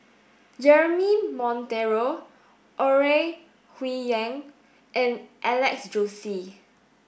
Jeremy Monteiro Ore Huiying and Alex Josey